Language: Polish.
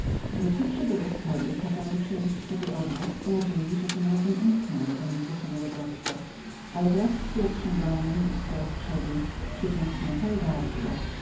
wróciwszy do gospody kazałem przynieść sobie obiad w nadziei że tym razem uniknę mego nieproszonego gościa ale wraz z pierwszem daniem wszedł burquerosbusqueros krzycząc na całe gardło